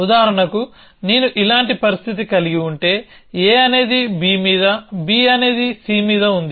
ఉదాహరణకు నేను ఇలాంటి పరిస్థితి కలిగి ఉంటే a అనేది b మీద b అనేది c మీద ఉంది